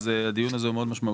אז הדיון הזה הוא מאוד משמעותי.